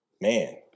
Man